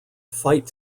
fight